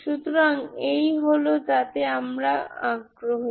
সুতরাং এই হল যাতে আমরা আগ্রহী